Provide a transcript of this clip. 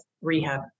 rehab